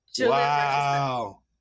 Wow